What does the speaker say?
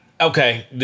Okay